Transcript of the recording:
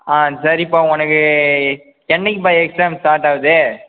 ஆ சரிப்பா உனக்கு என்றைக்குப்பா எக்ஸாம் ஸ்டார்ட்டாகுது